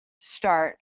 start